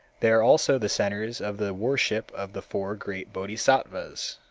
they are also the centers of the worship of the four great bodhisattvas,